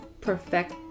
perfect